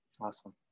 Awesome